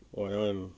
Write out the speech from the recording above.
!wah! that one